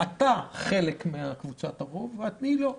אתה חלק מקבוצת הרוב, ואני לא.